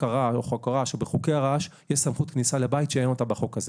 בחוקי הרעש יש סמכות כניסה לבית שלא קיימת בחוק הזה.